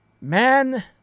man